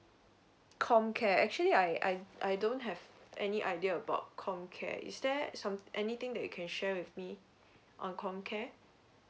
comcare actually I I I don't have any idea about comcare is there some~ anything they can share with me on comcare